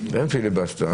אין פיליבסטר.